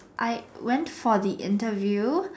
I went for the interview